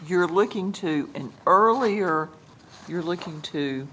you're looking to in earlier you're looking to